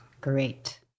Great